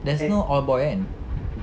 there's no all boy kan